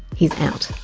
he's out.